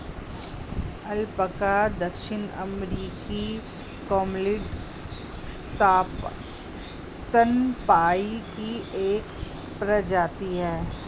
alpaca दक्षिण अमेरिकी camelid स्तनपायी की एक प्रजाति है